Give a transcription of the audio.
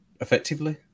effectively